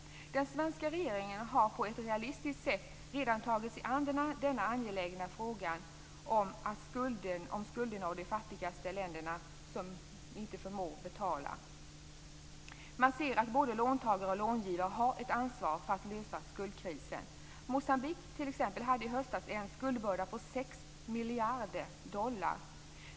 Den svenska regeringen har på ett realistiskt sätt redan tagit sig an den angelägna frågan om skulderna och de fattigaste länderna, de som inte förmår att betala. Man ser att både låntagare och långivare har ett ansvar för att lösa skuldkrisen. Moçambique hade t.ex. i höstas en skuldbörda på sex miljarder dollar.